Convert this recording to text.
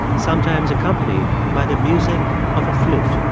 sometimes accompanied by the music of a flute